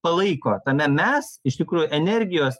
palaiko tame mes iš tikrųjų energijos